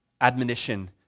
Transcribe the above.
admonition